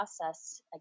process